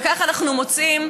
וכך אנחנו מוצאים,